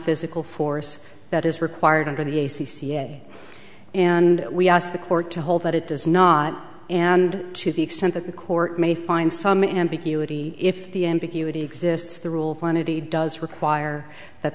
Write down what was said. physical force that is required under the c c a and we ask the court to hold that it does not and to the extent that the court may find some ambiguity if the ambiguity exists the rule fine and he does require that